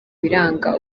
biranga